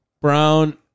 Brown